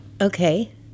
Okay